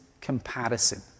comparison